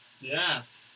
Yes